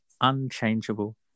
unchangeable